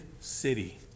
city